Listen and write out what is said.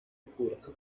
oscuras